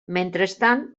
mentrestant